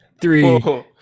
three